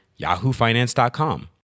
yahoofinance.com